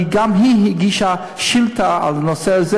כי גם היא הגישה שאילתה על הנושא הזה.